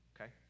okay